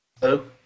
Hello